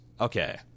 Okay